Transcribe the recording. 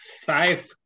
five